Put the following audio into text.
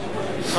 הבריאות.